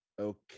Okay